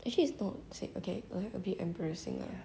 actually is not say okay like a bit embarrassing lah